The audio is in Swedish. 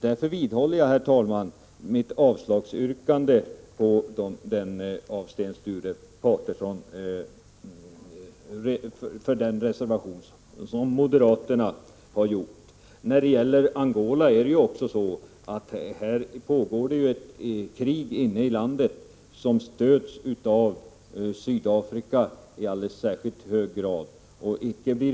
Därför, herr talman, vidhåller jag mitt avslagsyrkande när det gäller moderaternas reservation. I Angola pågår inne i landet ett krig som stöds i alldeles särskilt hög grad av Sydafrika.